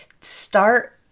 Start